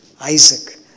Isaac